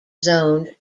zoned